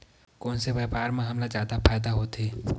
कोन से व्यापार म हमला फ़ायदा होथे?